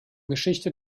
geschichte